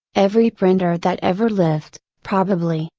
every printer that ever lived, probably,